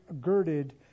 girded